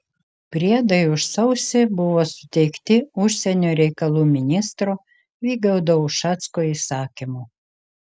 priedai už sausį buvo suteikti užsienio reikalų ministro vygaudo ušacko įsakymu